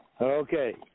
Okay